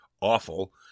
awful